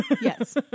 Yes